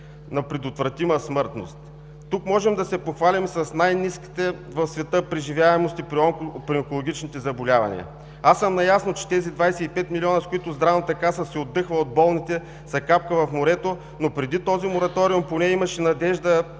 на предотвратима смъртност. Тук можем да се похвалим с най-ниските в света преживяемости при онкологичните заболявания. Аз съм наясно, че тези 25 милиона, с които Здравната каса си отдъхва от болните, са капка в морето, но преди този мораториум поне имаше надежда